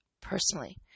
personally